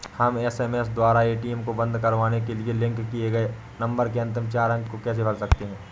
हम एस.एम.एस द्वारा ए.टी.एम को बंद करवाने के लिए लिंक किए गए नंबर के अंतिम चार अंक को कैसे भर सकते हैं?